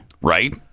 Right